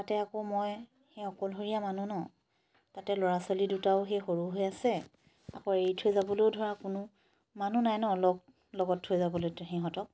তাতে আকৌ মই সেই অকলশৰীয়া মানুহ ন তাতে ল'ৰা ছোৱালী দুটাও সেই সৰু হৈ আছে আকৌ এৰি থৈ যাবলৈও ধৰা কোনো মানুহ নাই ন লগ লগত থৈ যাবলৈতো সিহঁতক